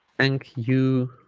thank you